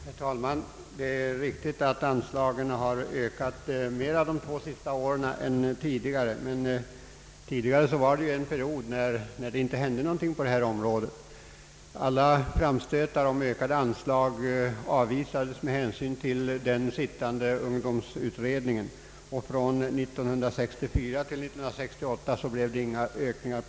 Herr talman! Det är riktigt att anslagen har ökat mera de två senaste åren än tidigare, då det emellertid under en period inte hände någonting på detta område. Alla framstötar om ökade anslag avvisades med hänsyn till den sittande ungdomsutredningen, och från 1964 till 1968 blev det inga ökningar.